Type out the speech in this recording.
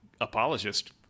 apologist